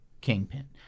Kingpin